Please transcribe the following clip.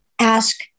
ask